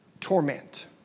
torment